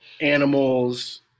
animals